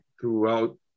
throughout